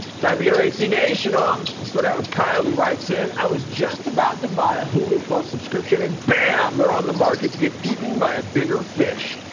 time to get our hc nation on. let's start out with kyle who writes in, i was just about to buy a hulu subscription and bam they're on the market to get eaten by a bigger fish.